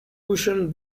cushion